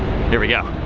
here we go.